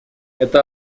эта